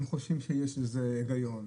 הם חושבים שיש לזה היגיון.